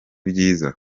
byiza